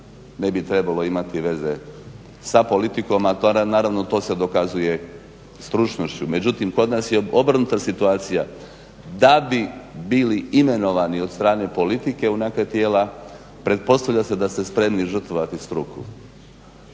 ne bi trebalo imati veze sa politikom, a naravno to se dokazuje stručnošću. Međutim, kod nas je obrnuta situacija, da bi bili imenovani od strane politike u neka tijela pretpostavlja se da ste spremni žrtvovati struku.